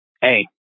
hey